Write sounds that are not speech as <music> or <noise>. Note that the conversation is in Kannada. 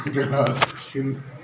ಇದನ್ನು <unintelligible>